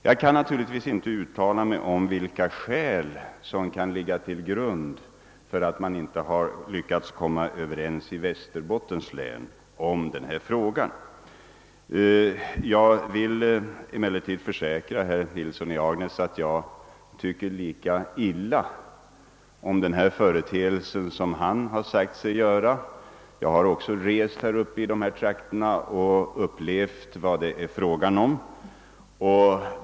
Jag kan naturligtvis inte uttala mig om vilka skäl som kan ligga till grund för att man inte lyckats komma överens i Västerbottens län om denna fråga. Jag vill emellertid försäkra herr Nilsson i Agnäs, att jag tycker lika illa om denna företeelse som han sagt sig göra. Också jag har rest i dessa trakter och personligen upplevt vad det är fråga om.